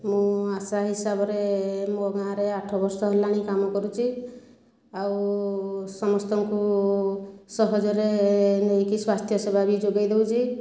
ମୁଁ ଆଶା ହିସାବରେ ମୋ' ଗାଁରେ ଆଠ ବର୍ଷ ହେଲାଣି କାମ କରୁଛି ଆଉ ସମସ୍ତଙ୍କୁ ସହଜରେ ନେଇକି ସ୍ୱାସ୍ଥ୍ୟସେବା ବି ଯୋଗାଇ ଦେଉଛି